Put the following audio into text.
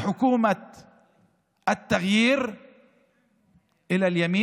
תיצמד לשאילתה.